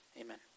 Amen